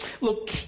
look